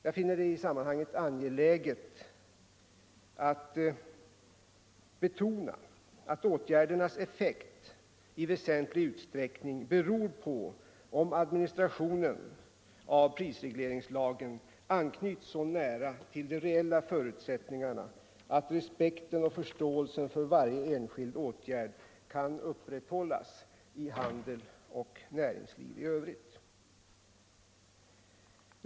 Jag finner det i sammanhanget angeläget att betona att åtgärdernas effekt i väsentlig utsträckning beror på om administrationen av prisregleringslagen knyts så nära till de reella förutsättningarna att respekten och förståelsen för varje enskild åtgärd kan upprätthållas i handel och näringsliv i övrigt.